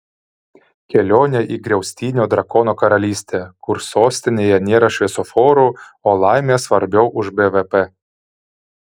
kelionė į griaustinio drakono karalystę kur sostinėje nėra šviesoforų o laimė svarbiau už bvp